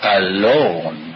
alone